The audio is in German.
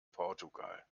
portugal